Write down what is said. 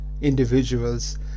individuals